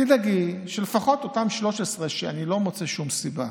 תדאגי שלפחות אותם 13 שאני לא מוצא שום סיבה